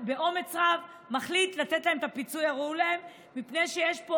באומץ רב צריך להחליט לתת להם את הפיצוי הראוי להם מפני שיש פה